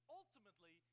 ultimately